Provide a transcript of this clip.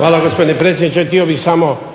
**Biškupić,